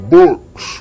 books